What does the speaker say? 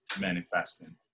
manifesting